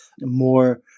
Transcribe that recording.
more